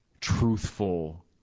truthful